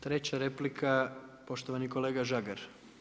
Treća replika, poštovani kolega Žagar.